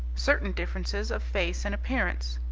certain differences of face and appearance.